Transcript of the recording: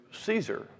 Caesar